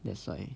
that's why